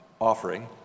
offering